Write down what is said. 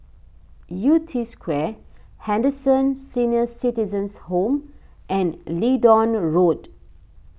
Yew Tee Square Henderson Senior Citizens' Home and Leedon Road